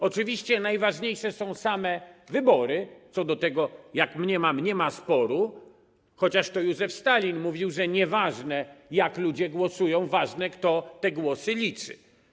Oczywiście najważniejsze są same wybory, co do tego, jak mniemam, nie ma sporu, chociaż to Józef Stalin mówił, że nieważne, jak ludzie głosują, ważne, kto te głosy liczy.